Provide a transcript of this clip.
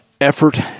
effort